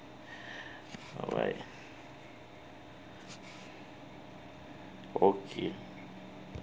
alright okay